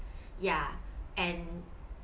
yeah and